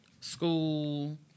school